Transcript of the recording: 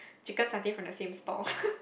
chicken satay from the same stall